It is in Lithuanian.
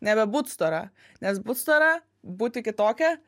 nebebūt stora nes but stora būti kitokia